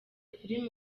film